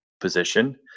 position